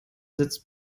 sitzt